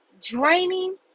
draining